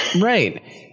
Right